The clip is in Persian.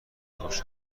خوشم